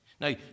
Now